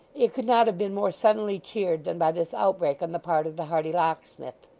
it could not have been more suddenly cheered than by this outbreak on the part of the hearty locksmith.